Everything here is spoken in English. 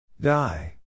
die